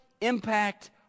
impact